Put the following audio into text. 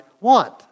want